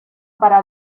para